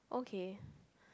okay